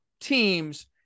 teams